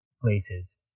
places